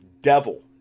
devil